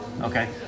Okay